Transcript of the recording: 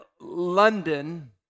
London